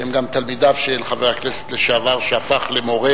שהם גם תלמידיו של חבר הכנסת לשעבר שהפך למורה